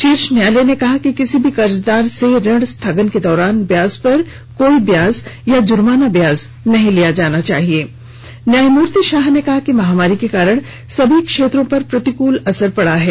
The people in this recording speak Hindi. शीर्ष न्यायालय ने कहा कि किसी भी कर्जदार से ऋण स्थगन के दौरान व्याज पर कोई व्याज या जुर्माना व्याज नहीं लिया जाना न्यायमूर्ति शाह ने कहा कि महामारी के कारण सभी क्षेत्रों पर प्रतिकूल असर पडा है